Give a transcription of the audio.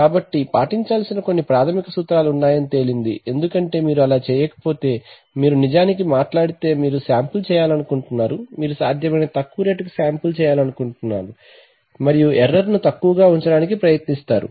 కాబట్టి పాటించాల్సిన కొన్ని ప్రాథమిక సూత్రాలు ఉన్నాయని తేలింది ఎందుకంటే మీరు అలా చేయకపోతే మీరు నిజానికి మాట్లాడితే మీరు శాంపిల్ చేయాలనుకుంటున్నారు మీరు సాధ్యమైనంత తక్కువ రేటుకు సాంపుల్ చేయాలనుకుంటున్నారు మరియు ఎర్రర్ ను తక్కువగా ఉంచడానికి ప్రయత్నిస్తారు